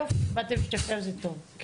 יופי, באתן שתיכן, זה טוב.